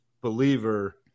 believer